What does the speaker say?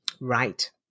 Right